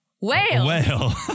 Whale